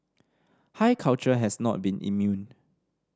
high culture has not been immune